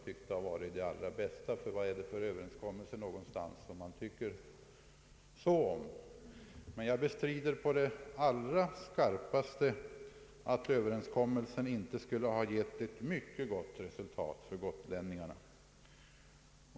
Jag bestrider på det allra bestämdaste att överenskommelsen inte skulle ha varit till stor fördel för gotlänningarna.